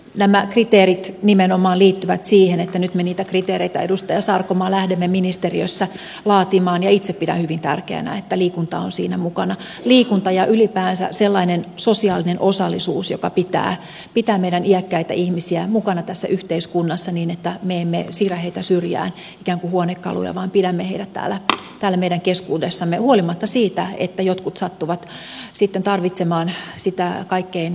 nämä kriteerit nimenomaan liittyvät siihen että nyt me niitä kriteereitä edustaja sarkomaa lähdemme ministeriössä laatimaan ja itse pidän hyvin tärkeänä että liikunta on siinä mukana liikunta ja ylipäänsä sellainen sosiaalinen osallisuus joka pitää meidän iäkkäitä ihmisiä mukana tässä yhteiskunnassa niin että me emme siirrä heitä syrjään ikään kuin huonekaluja vaan pidämme heidät täällä meidän keskuudessamme huolimatta siitä että jotkut sattuvat sitten tarvitsemaan sitä kaikkein vaativinta laitoshoitoa